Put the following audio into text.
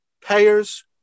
payers